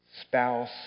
spouse